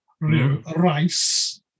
Rice